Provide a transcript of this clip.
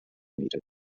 needed